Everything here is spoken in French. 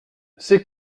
c’est